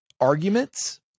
arguments